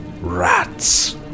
rats